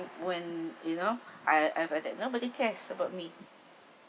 when you know I I've felt that nobody cares about me